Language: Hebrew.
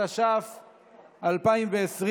התש"ף 2020,